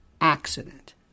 accident